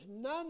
none